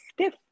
stiff